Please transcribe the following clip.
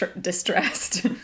distressed